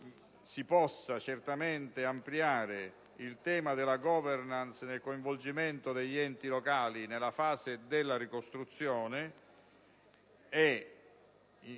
si possa certamente ampliare il tema della *governance* mediante il coinvolgimento degli enti locali nella fase della ricostruzione e